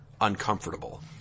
uncomfortable